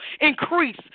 increase